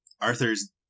Arthur's